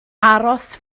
aros